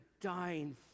dying